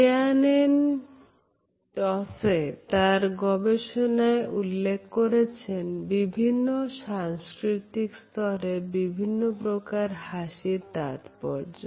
জেয়ান্নে টসেতার গবেষণায় উল্লেখ করেছেন বিভিন্ন সাংস্কৃতিক স্তরে বিভিন্ন প্রকার হাসির তাৎপর্য